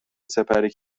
سپری